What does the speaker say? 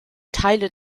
teile